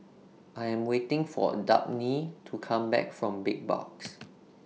I Am waiting For Dabney to Come Back from Big Box